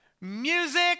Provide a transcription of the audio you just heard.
music